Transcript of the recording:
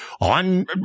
on